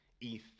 ETH